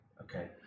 Okay